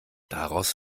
daraus